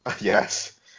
Yes